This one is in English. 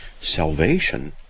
Salvation